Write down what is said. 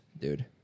dude